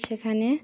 সেখানে